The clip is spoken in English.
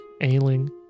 ailing